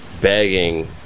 begging